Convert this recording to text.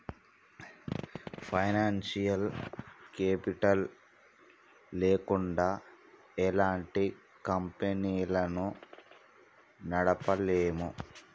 financial capital లేకుండా ఎలాంటి కంపెనీలను నడపలేము